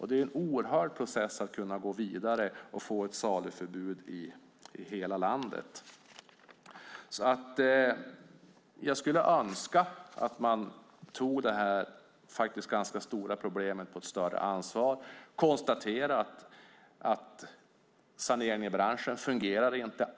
Det är en oerhörd process att kunna gå vidare och få ett saluförbud i hela landet. Jag skulle önska att man tog det här faktiskt ganska stora problemet på större allvar och konstaterade att saneringen i branschen inte fungerar.